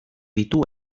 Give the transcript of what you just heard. ditu